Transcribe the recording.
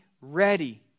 ready